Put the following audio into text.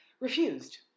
refused